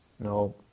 No